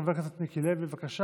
חבר הכנסת מיקי לוי, בבקשה.